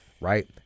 right